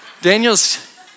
Daniel's